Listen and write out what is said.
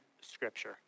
Scripture